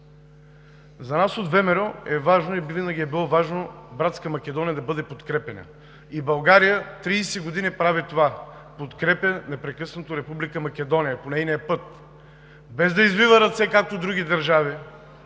За нас от ВМРО е важно, и винаги е било важно, братска Македония да бъде подкрепяна. България 30 години прави това – подкрепя непрекъснато Република Македония в нейния път, без да извива ръце, както други държави,